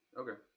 okay